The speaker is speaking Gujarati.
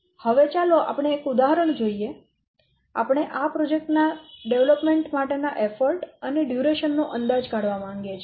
હવે ચાલો આપણે એક ઉદાહરણ જોઈએ આપણે આ પ્રોજેક્ટ ના વિકાસ માટેના પ્રયત્નો અને આ સમયગાળા નો અંદાજ કાઢવા માંગીએ છીએ